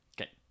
Okay